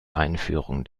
einführung